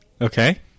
Okay